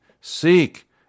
Seek